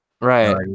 right